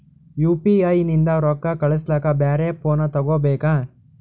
UPI ನಿಂದ ರೊಕ್ಕ ಕಳಸ್ಲಕ ಬ್ಯಾರೆ ಫೋನ ತೋಗೊಬೇಕ?